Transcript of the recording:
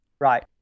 Right